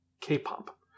K-pop